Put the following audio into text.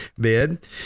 bid